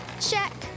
Check